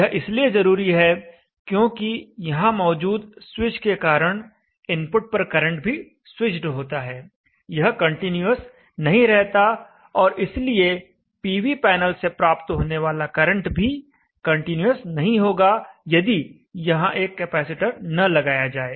यह इसलिए जरूरी है क्योंकि यहां मौजूद स्विच के कारण इनपुट पर करंट भी स्विच्ड होता है यह कंटीन्यूअस नहीं रहता और इसलिए पीवी पैनल से प्राप्त होने वाला वाला करंट भी कंटीन्यूअस नहीं होगा यदि यहां एक कैपेसिटर न लगाया जाए